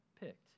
picked